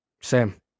Sam